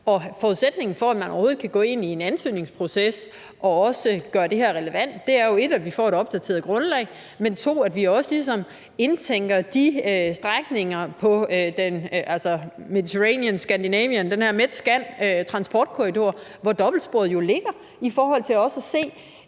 Og forudsætningen for, at man overhovedet kan gå ind i en ansøgningsproces og også gøre det her relevant, er jo 1) at vi får et opdateret grundlag, og 2) at vi også ligesom indtænker den her Scandinavian-Mediterranean-transportkorridor, hvor dobbeltsporet jo ligger; også for i den